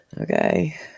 Okay